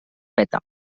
peta